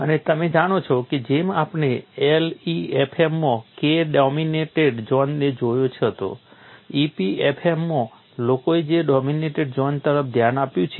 અને તમે જાણો છો કે જેમ આપણે LEFM માં K ડોમિનેટેડ ઝોનને જોયો હતો EPFM માં લોકોએ જે ડોમિનેટેડ ઝોન તરફ ધ્યાન આપ્યું છે